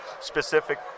specific